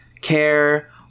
care